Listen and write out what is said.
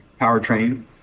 powertrain